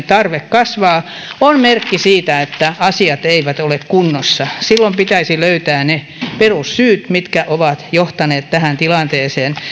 tarve kasvaa on merkki siitä että asiat eivät ole kunnossa silloin pitäisi löytää ne perussyyt mitkä ovat johtaneet tähän tilanteeseen